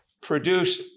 produce